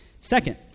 Second